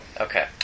Okay